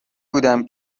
بودم